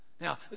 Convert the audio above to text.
Now